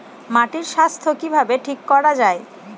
মাটির স্বাস্থ্য কিভাবে ঠিক রাখা যায়?